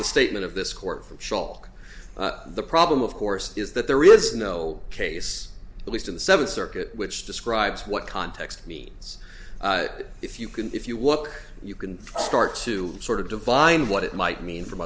the statement of this court for all the problem of course is that there is no case at least in the seventh circuit which describes what context means if you can if you look you can start to sort of divine what it might mean from